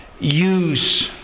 use